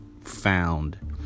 found